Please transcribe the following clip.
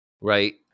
Right